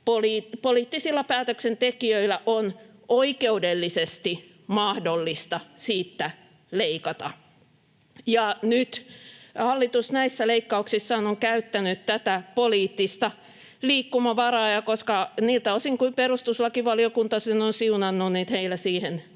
poliittisilla päätöksentekijöillä on oikeudellisesti mahdollista siitä leikata. Nyt hallitus näissä leikkauksissaan on käyttänyt tätä poliittista liikkumavaraa, ja niiltä osin kuin perustuslakivaliokunta sen on siunannut, heillä siihen tällainen